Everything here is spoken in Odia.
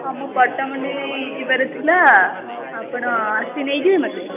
ଆମ ପଟ୍ଟାମୁଣ୍ଡେଇ ଯିବାର ଥିଲା ଆପଣ ଆସି ନେଇଯିବେ ମୋତେ